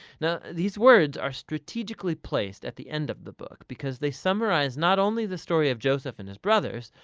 now these words are strategically placed at the end of the book because they summarize not only the story of joseph and his brothers,